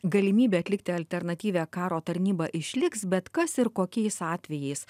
galimybė atlikti alternatyvią karo tarnybą išliks bet kas ir kokiais atvejais